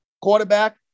quarterback